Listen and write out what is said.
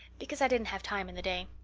because i didn't have time in the day.